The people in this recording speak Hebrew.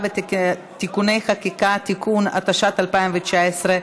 שעה ותיקוני חקיקה) (תיקון) התשע"ט 2019,